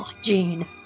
Gene